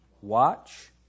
Watch